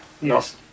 Yes